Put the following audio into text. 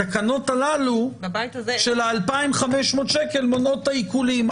התקנות הללו של ה-2,500 ₪ מונעות את העיקולים",